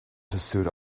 pursuit